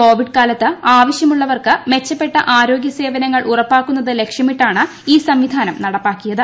Covid കാലത്ത് ആവശ്യമുള്ളവർക്ക് മെച്ചപ്പെട്ട ആരോഗ്യ സേവനങ്ങൾ ഉറപ്പാക്കുന്നത് ലക്ഷ്യമിട്ടാണ് ഈ സംവിധാനം നടപ്പാക്കിയത്